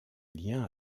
lien